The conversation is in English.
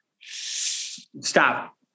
Stop